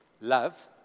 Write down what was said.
Love